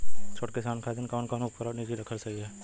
छोट किसानन खातिन कवन कवन उपकरण निजी रखल सही ह?